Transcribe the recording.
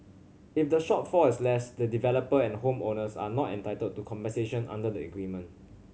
if the shortfall is less the developer and home owners are not entitled to compensation under the agreement